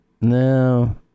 No